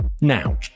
Now